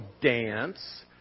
dance